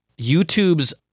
YouTube's